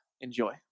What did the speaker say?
Enjoy